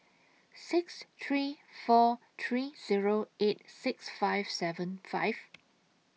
six three four three Zero eight six five seven five